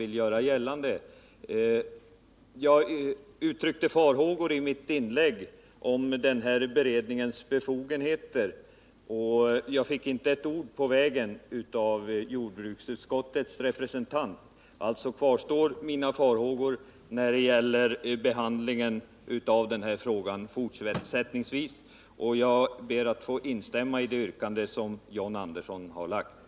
I mitt inlägg uttryckte jag farhågor i fråga om beredningens befogenheter, men jag fick i det avseendet inte ett enda ord på vägen av utskottets representant. Alltså kvarstår mina farhågor när det gäller behandlingen av den här frågan fortsättningsvis, och jag ber att få instämma i det yrkande som framställts av John Andersson.